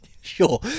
Sure